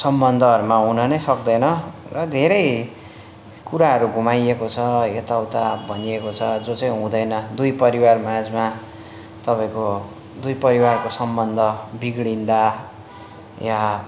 सम्बन्धहरूमा हुन नै सक्दैन र धेरै कुराहरू घुमाइएको छ यता उता भनिएको छ जुन चाहिँ हुँदैन दुई परिवार माझमा तपाईँको दुई परिवारको सम्बन्ध बिग्रिँदा या